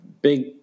big